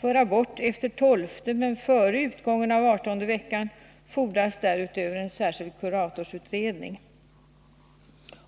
För abort efter tolfte men före utgången av artonde veckan fordras därutöver en särskild kuratorsutredning.